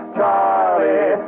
Charlie